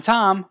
Tom